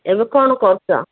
ଏବେ କ'ଣ କରୁଛ